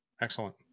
Excellent